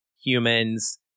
humans